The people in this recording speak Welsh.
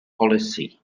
polisi